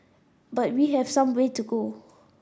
but we have some way to go